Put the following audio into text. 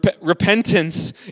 repentance